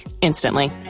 instantly